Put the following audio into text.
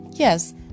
Yes